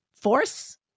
force